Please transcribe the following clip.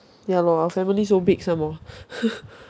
ya lor our family so big some more